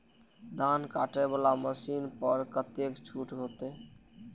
धान कटे वाला मशीन पर कतेक छूट होते?